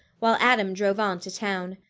while adam drove on to town.